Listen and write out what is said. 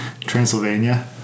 Transylvania